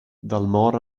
dalmor